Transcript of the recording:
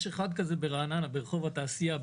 יש אחד כזה ברעננה ברחוב התעשייה.